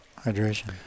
Hydration